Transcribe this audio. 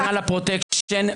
של דודי אמסלם?